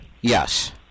Yes